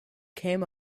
came